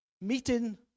Meeting